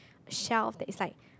shelf that is like